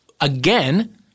Again